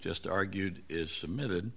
just argued is submitted